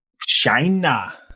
China